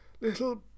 little